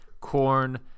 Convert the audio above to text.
corn